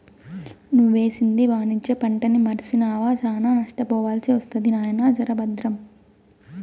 నువ్వేసింది వాణిజ్య పంటని మర్సినావా, శానా నష్టపోవాల్సి ఒస్తది నాయినా, జర బద్రం